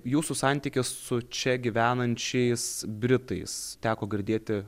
jūsų santykis su čia gyvenančiais britais teko girdėti